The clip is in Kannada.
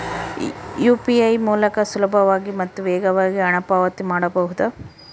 ಯು.ಪಿ.ಐ ಮೂಲಕ ಸುಲಭವಾಗಿ ಮತ್ತು ವೇಗವಾಗಿ ಹಣ ಪಾವತಿ ಮಾಡಬಹುದಾ?